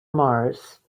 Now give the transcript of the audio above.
mars